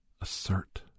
assert